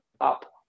up